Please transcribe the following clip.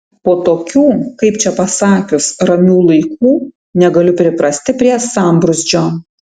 po tokių kaip čia pasakius ramių laikų negaliu priprasti prie sambrūzdžio